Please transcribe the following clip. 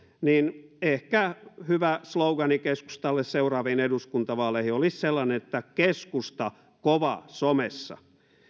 niin ehkä hyvä slogan keskustalle seuraaviin eduskuntavaaleihin olisi sellainen että keskusta kova somessa